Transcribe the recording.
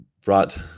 brought